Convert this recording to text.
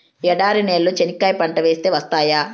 ఎడారి నేలలో చెనక్కాయ పంట వేస్తే వస్తాయా?